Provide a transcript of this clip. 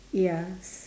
ya